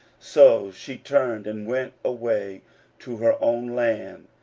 so she turned, and went away to her own land,